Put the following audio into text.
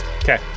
Okay